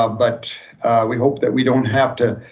ah but we hope that we don't have to